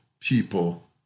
people